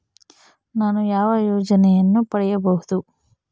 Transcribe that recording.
ನಾನು ಯಾವ ಯೋಜನೆಯನ್ನು ಪಡೆಯಬಹುದು?